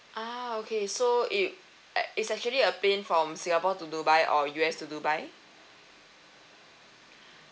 ah okay so it ac~ it's actually a plane from singapore to dubai or U_S to dubai